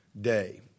day